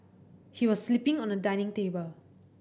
he was sleeping on a dining table